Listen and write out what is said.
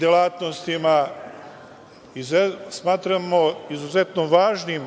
delatnostima, smatramo izuzetno važnim